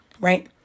right